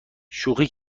شوخی